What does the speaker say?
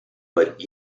but